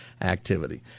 activity